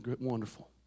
Wonderful